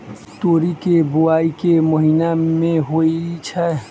तोरी केँ बोवाई केँ महीना मे होइ छैय?